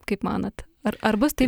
kaip manot ar ar bus taip